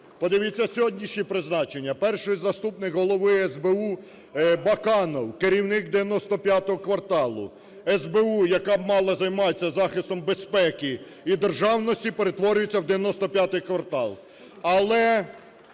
Подивіться сьогоднішні призначення. Перший заступник Голови СБУ – Баканов, керівник "95 кварталу"! СБУ, яка мала б займатися захистом безпеки і державності, перетворюється в "95 квартал".